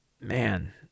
man